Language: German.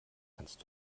kannst